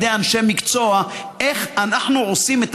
על ידי אנשי מקצוע: איך אנחנו עושים את